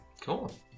Cool